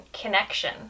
connection